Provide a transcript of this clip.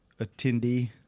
attendee